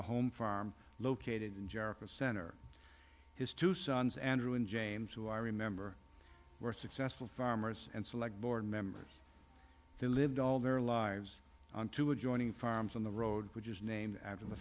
the home farm located in jericho center his two sons andrew and james who i remember were successful farmers and select board members there lived all their lives on two adjoining farms on the road which is named after the